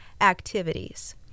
activities